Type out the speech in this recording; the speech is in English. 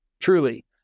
Truly